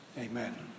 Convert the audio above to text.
Amen